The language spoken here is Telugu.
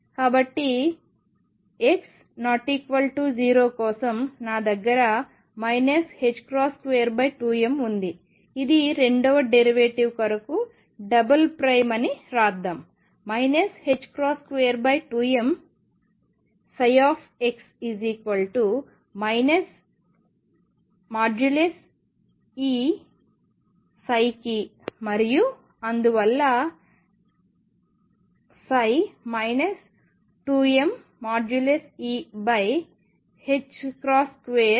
కాబట్టి x ≠0 కోసం నా దగ్గర 22m ఉంది ఇది రెండవ డెరివేటివ్ కొరకు డబుల్ ప్రైమ్ అని వ్రాద్దాం 22m E కి మరియు అందువల్ల 2mE2ψ0